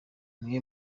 mwe